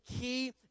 key